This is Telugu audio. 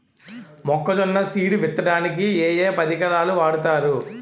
మొక్కజొన్న సీడ్ విత్తడానికి ఏ ఏ పరికరాలు వాడతారు?